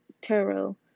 Tarot